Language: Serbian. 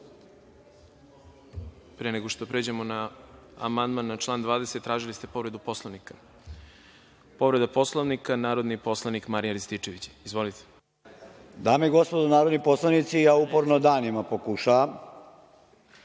nego što pređemo na amandman na član 20. tražili ste povredu Poslovnika. Povreda Poslovnika, narodni poslanik Marijan Rističević. Izvolite. **Marijan Rističević** Dame i gospodo narodni poslanici, ja uporno danima pokušavam